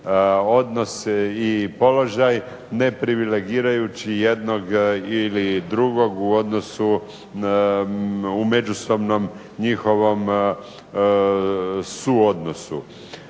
odnos i položaj ne privilegirajući jednog ili drugog u odnosu u međusobnom njihovom suodnosu?